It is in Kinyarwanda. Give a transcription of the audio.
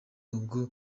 ubwo